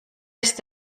ist